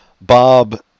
Bob